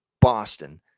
Boston